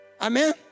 Amen